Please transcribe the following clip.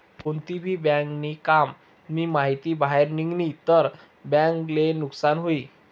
कोणती भी बँक नी काम नी माहिती बाहेर निगनी तर बँक ले नुकसान हुई